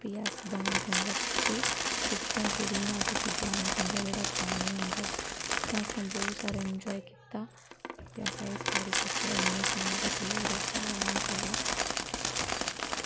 ते केह् करना पैह्लें राजमाहें तुसैं बोआलने कोई पंज सत सीटियां पंज सत सीटियां उसी आह्ननियां ते बोआलने ओह्